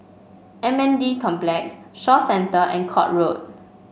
M N D Complex Shaw Centre and Court Road